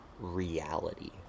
reality